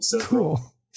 Cool